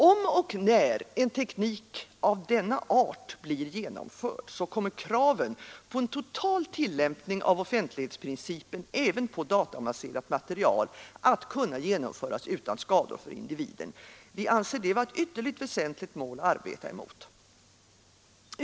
Om och när en teknik av denna art blir genomförd kommer kraven på en total tillämpning av offentlighetsprincipen även på databaserat material att kunna genomföras utan skador för individen. Vi anser detta vara ett ytterst väsentligt mål att arbeta mot.